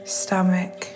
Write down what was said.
stomach